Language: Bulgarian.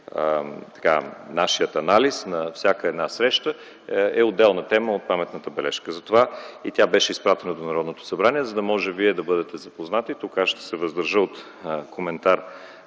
както и нашият анализ на всяка една среща, е отделна тема от паметната бележка. Затова и тя беше изпратена до Народното събрание, за да може вие да бъдете запознати. Тук аз ще се въздържа от коментар